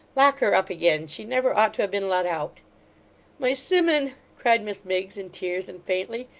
lock her up again she never ought to have been let out my simmun cried miss miggs, in tears, and faintly.